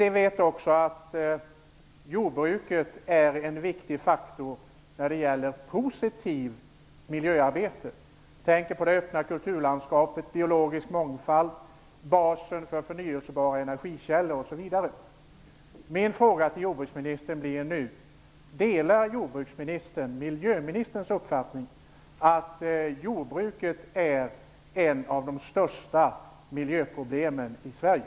Vi vet också att jordbruket är en viktig faktor när det gäller positivt miljöarbete. Jag tänker på det öppna kulturlandskapet, på den biologiska mångfalden, på basen för förnyelsebara energikällor osv. Min fråga till jordbruksministern blir då: Delar jordbruksministern miljöministerns uppfattning att jordbruket är ett av de största miljöproblemen i Sverige?